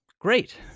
Great